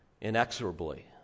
inexorably